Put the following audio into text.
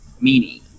meaning